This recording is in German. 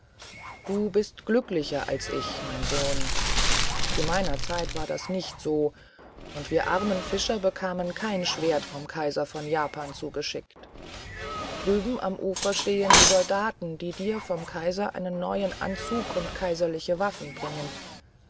du bist glücklicher als ich mein sohn zu meiner zeit war das nicht so und wir armen fischer bekamen kein schwert vom kaiser von japan zugeschickt drüben am ufer stehen die soldaten die dir vom kaiser einen neuen anzug und kaiserliche waffen bringen